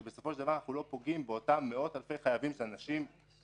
שבסופו של דבר אנחנו לא פוגעים באותם מאות אלפי חייבים של אנשים פרטיים,